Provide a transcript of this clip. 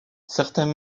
certains